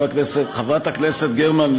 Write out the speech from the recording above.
חברת הכנסת גרמן,